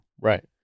Right